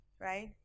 right